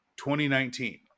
2019